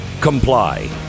comply